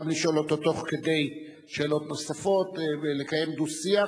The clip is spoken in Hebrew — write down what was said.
גם לשאול אותו תוך כדי שאלות נוספות ולקיים דו-שיח.